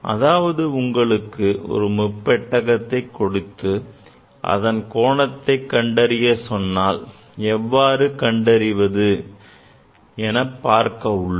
அதாவது உங்களுக்கு ஒரு முப்பட்டகம் கொடுத்து அதன் கோணத்தை கண்டறிய சொன்னால் எவ்வாறு கண்டறிவது என பார்க்க உள்ளோம்